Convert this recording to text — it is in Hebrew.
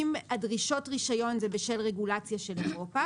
אם הדרישות רישיון זה בשל רגולציה של אירופה,